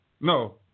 No